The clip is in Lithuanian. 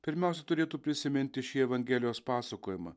pirmiausia turėtų prisiminti šį evangelijos pasakojimą